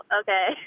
okay